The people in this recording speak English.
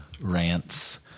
rants